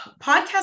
podcast